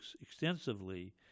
extensively